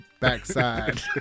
backside